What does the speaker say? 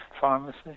pharmacy